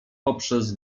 poprzez